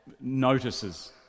notices